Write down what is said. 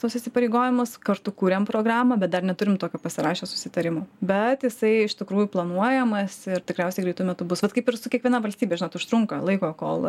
tuos įsipareigojimus kartu kūrėm programą bet dar neturim tokio pasirašę susitarimų bet jisai iš tikrųjų planuojamas ir tikriausiai greitu metu bus vat kaip ir su kiekviena valstybe žinot užtrunka laiko kol